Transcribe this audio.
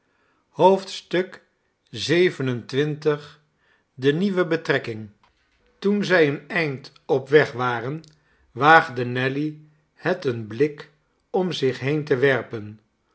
xxvii de nieuwe betrekktng toen zij een eind op weg waren waagde nelly het een blik om zich heen te werpen